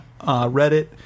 reddit